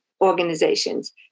organizations